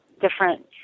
different